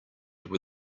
where